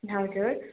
हजुर